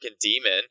demon